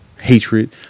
hatred